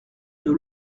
nos